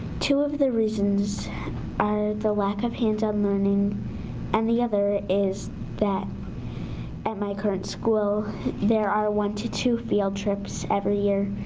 two of the reasons are the lack of hands-on learning and the other is that at my current school there are one to two field trips every year.